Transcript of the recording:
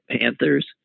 Panthers